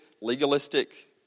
legalistic